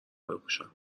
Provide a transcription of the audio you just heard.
بپوشم